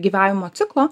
gyvavimo ciklo